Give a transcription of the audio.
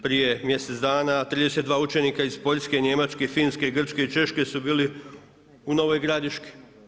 Prije mjesec dana 32 učenika iz Poljske, Njemačke, Finske, Grčke i Češke su bili u Novoj Gradiški.